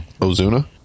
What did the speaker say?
Ozuna